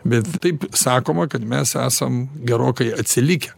bet taip sakoma kad mes esam gerokai atsilikę